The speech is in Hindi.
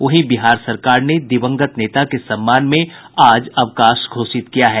वहीं बिहार सरकार ने दिवंगत नेता के सम्मान में आज अवकाश घोषित किया है